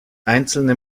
einzelne